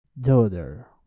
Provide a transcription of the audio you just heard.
daughter